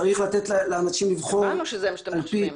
צריך לתת לאנשים לבחור הבנו שזה מה שאתם חושבים.